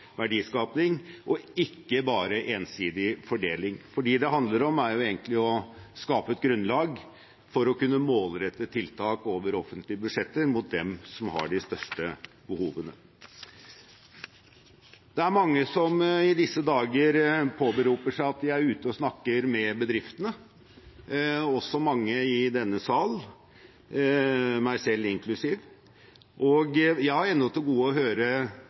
og ikke bare ensidig fordeling. For det det handler om, er egentlig å skape et grunnlag for å kunne målrette tiltak over offentlige budsjetter mot dem som har de største behovene. Det er mange som i disse dager påberoper seg at de er ute og snakker med bedriftene, også mange i denne sal, meg selv inklusiv. Jeg har ennå til gode å høre